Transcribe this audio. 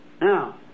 Now